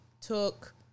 took